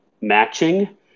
matching